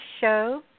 show